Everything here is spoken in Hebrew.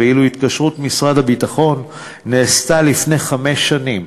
ואילו התקשרות משרד הביטחון נעשתה לפני חמש שנים,